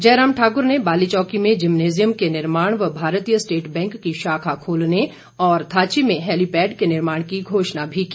जयराम ठाकुर ने बालीचौकी में जिमनेजियम के निर्माण व भारतीय स्टेट बैंक की शाखा खोलने और थाची में हैलीपैड के निर्माण की घोषणा भी की